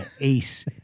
Ace